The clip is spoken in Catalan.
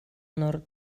nord